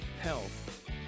health